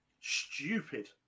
stupid